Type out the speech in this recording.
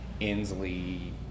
Inslee